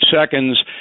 seconds